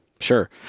sure